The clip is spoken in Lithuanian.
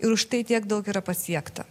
ir už štai tiek daug yra pasiekta